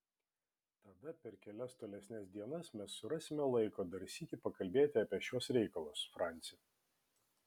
tada per kelias tolesnes dienas mes surasime laiko dar sykį pakalbėti apie šiuos reikalus franci